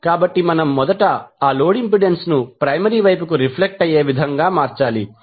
కాబట్టి మనం మొదట ఆ లోడ్ ఇంపెడెన్స్ను ప్రైమరీ వైపుకు రిఫ్లెక్ట్ అయ్యే విధంగా మార్చాలి